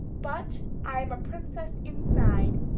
but i am a princess, inside.